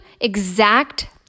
exact